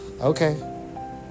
okay